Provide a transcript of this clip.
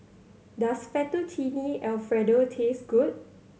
does Fettuccine Alfredo taste good